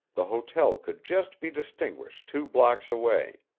the hotel could just be distinguished two blocks away.